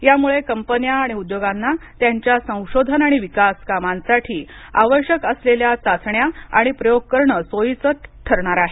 यामुळं कंपन्या आणि उद्योगांना त्यांच्या संशोधन आणि विकास कामासाठी आवश्यक असलेल्या चाचण्या आणि प्रयोग करणं सोयीचं ठरणार आहे